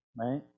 right